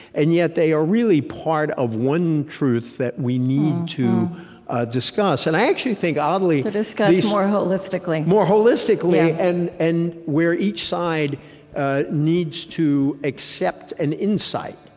and yet, they are really part of one truth that we need to ah discuss and i actually think, oddly, to discuss more holistically more holistically and and where each side needs to accept an insight.